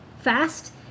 fast